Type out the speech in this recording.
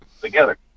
together